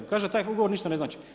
Kaže taj ugovor ništa ne znači.